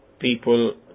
people